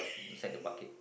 inside the bucket